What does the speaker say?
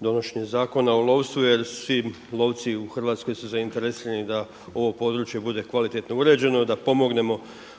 donošenje Zakona o lovstvu jer svi lovci u Hrvatskoj su zainteresirani da ovo područje bude kvalitetno uređeno, da pomognemo